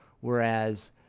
whereas